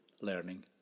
learning